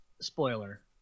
Spoiler